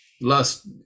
last